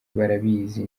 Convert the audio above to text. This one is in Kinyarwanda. barabizi